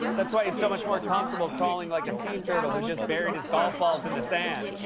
that's why he is so much more comfortable crawling like a sea turtle who just buried his golf balls in the stand.